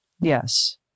Yes